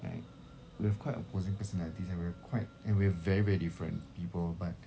right we have quite a opposing personalities and we are quite and we're very very different people but